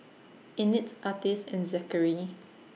Annette Artis and Zachery